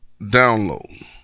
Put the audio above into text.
Download